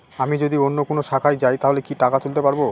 আমি যদি অন্য কোনো শাখায় যাই তাহলে কি টাকা তুলতে পারব?